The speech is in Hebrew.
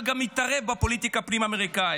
הוא גם מתערב בפוליטיקה הפנים-אמריקאית.